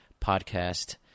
podcast